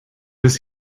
does